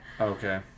Okay